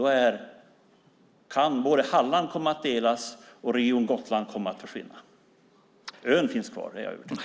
Då kan både Halland komma att delas och Region Gotland komma att försvinna. Ön finns kvar, det är jag övertygad om.